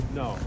no